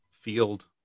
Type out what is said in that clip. field